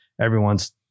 everyone's